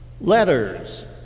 letters